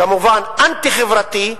כמובן אנטי-חברתי,